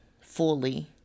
fully